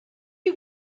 you